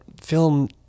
film